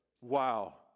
wow